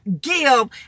give